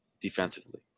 defensively